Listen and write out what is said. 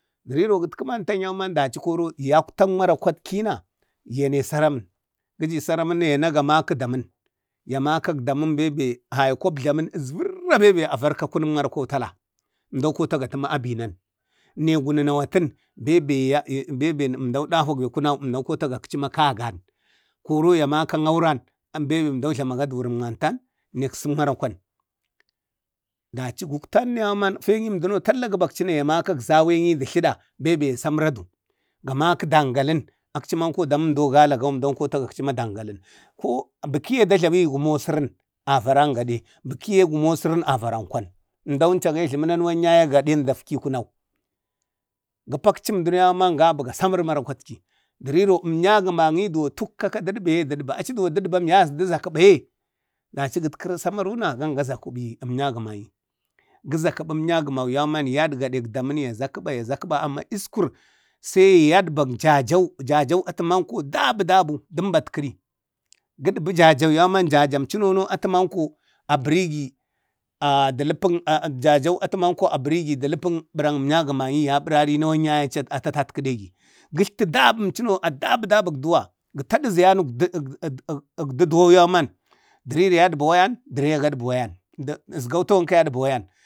Riro gatku mantaŋina yau man daci koro yaktak marakwatkina yane saramən, gəji saramuna yana ga maki damən. ya maka damən bembe hayakon abjlamən kəsvarra bembe a varkau kunuk markwau kunuk marakwau-tala. Ʒmdau kotagatu ma abinan. ne gununu watan bembe əmdau ɗahwage kunau, əmdaudahwi gi kotagakchi ma kagan. Koro ya makan auran, bembe, bebe, bebe ya əmdau jlamagadu mantan, ɗen sək marakwan. dachi gukta yau mam feŋi duno talla gibakcini ya maka zaweŋi du tlaɗa bembe ya saməradu, ga maki dangalən, akchi manko daməmdə no galagau almdau ko ta gakchi ma dangalən. Ko bəkiye dajlamigi gumo sərən gadi bikiye gumo serim avaran kwan, əmdau ənchu yajləmi manuwan yaye gaɗen dakfi kunau. Gə pakchi um duno yauman gabi ga səməri marakwati, də riro əmnya gəma ŋi duwo chəppa ɗadba, ɗadbam ye yazo da jlukuɓa, gatkəru sama runa gau gajlakuɓi, əmnya gəmaŋi gəzakuɓu əmnya gəmani na yaɗga dek damənna ya zabaɓa, ya zaƙaɓa amma iskur sai yaɗbag jajau, jajau atəmanko dabu dabu, dəmbak amnya gəmau. Gaɗbu jajau yauman abəri gi dəlapak ah-jajau, atəman ko abragi də ləpau jajau atu mako a ɓara rigi əmnya gəmani i ənyan nawa yaye aci ata atatgədegi, gətita dəbəm chano a dabu dabu dabuk duwa, gə taɗu zayan əgda duwou yauman dərire yaɗba wayan, dəreye yaɗaba wayan. Ʒsgau tawanka yaɗba wayan.